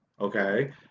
okay